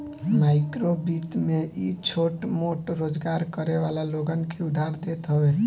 माइक्रोवित्त में इ छोट मोट रोजगार करे वाला लोगन के उधार देत हवे